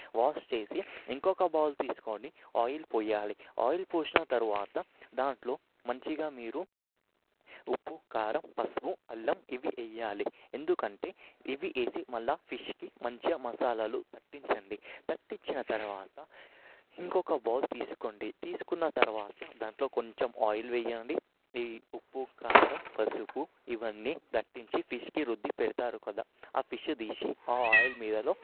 wash చేసి ఇంకొక bowl తీసుకొని ఆయిల్ పోయాలి ఆయిల్ పోసిన తరువాత దాంట్లో మంచిగా మీరు ఉప్పు కారం పసుపు అల్లం ఇవి వేయాలి ఎందుకంటే ఇవి వేసి మళ్ళీ ఫిష్కి మంచిగా మసాలాలు దట్టించండి దట్టించిన తరువాత ఇంకొక బోల్ తీసుకోండి తీసుకున్న తరువాత దాంట్లో కొంచెం ఆయిల్ వేయండి ఈ ఉప్పు కారం పసుపు ఇవన్నీ దట్టించి ఫిష్కి రుద్ది పెడతారు కదా ఆ ఫిష్ తీసి ఆ ఆయిల్ మీదలో